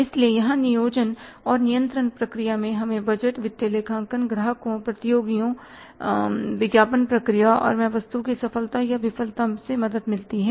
इसलिए यहां नियोजन और नियंत्रण प्रक्रिया में हमें बजट वित्तीय लेखांकन ग्राहकों प्रतियोगियों विज्ञापन प्रक्रिया और मैं वस्तु की सफलता या विफलता से मदद मिलती है